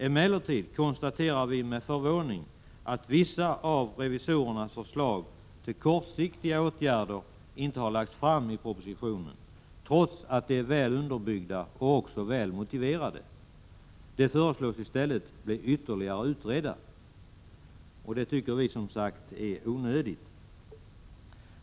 Emellertid konstaterar vi med förvåning att vissa av revisorernas förslag till kortsiktiga åtgärder inte har presenterats i propositionen, trots att de är väl underbyggda och också väl motiverade. I stället föreslås de bli ytterligare utredda. Det tycker vi, som sagt, är onödigt.